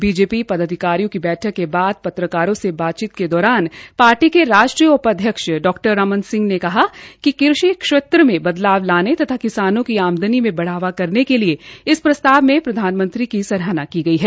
BJP पदाधिकारियों की बैठक के बाद पत्रकारों से बातचीत के दौरान पाटी के राष्ट्रीय उप अध्यक्ष डॉ रमन सिंह ने कहा कि कृषि क्षेत्र में बदलाव लाने तथा किसानों की आमदनी मे बढ़ावा करने के लिए इस प्रस्ताव में प्रधानमंत्री की सराहना की गई है